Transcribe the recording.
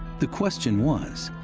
the question was,